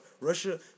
Russia